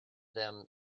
them